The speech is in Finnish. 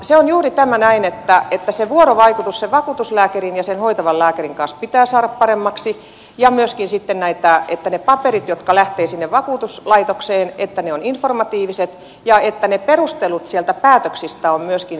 se on juuri näin että se vuorovaikutus vakuutuslääkärin ja hoitavan lääkärin kanssa pitää saada paremmaksi ja myöskin sitten näin että ne paperit jotka lähtevät sinne vakuutuslaitokseen ovat informatiiviset ja että perustelut päätöksistä ovat myöskin selkeät